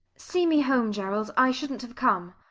see me home, gerald. i shouldn't have come.